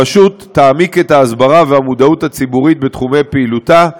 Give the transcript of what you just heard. הרשות תעמיק את ההסברה והמודעות הציבורית בתחומי פעילותה,